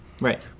Right